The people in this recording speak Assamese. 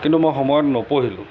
কিন্তু মই সময়ত নপঢ়িলোঁ